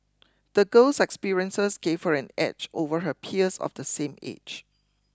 the girl's experiences gave her an edge over her peers of the same age